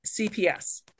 CPS